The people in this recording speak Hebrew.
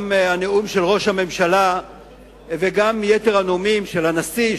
גם הנאום של ראש הממשלה וגם יתר הנאומים -של הנשיא,